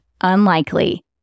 unlikely